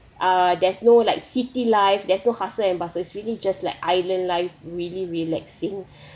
uh there's no like city life there's no hassle and bustle it's really just like island life really relaxing